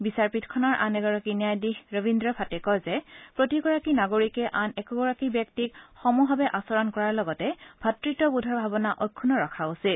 বিচাৰপীঠখনৰ আন এগৰাকী ন্যায়াধীশ ৰবীদ্ৰ ভাটে কয় যে প্ৰতিগৰাকী নাগৰিকে আন একোগৰাকী ব্যক্তিক সমভাৱে আচৰণ কৰাৰ লগতে ভাতৃত্ববোধৰ ভাৱনা অক্ষুন্ন ৰক্ষা উচিত